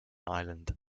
ireland